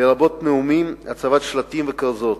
לרבות נאומים, הצבת שלטים וכרזות,